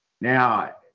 Now